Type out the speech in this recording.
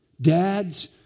Dads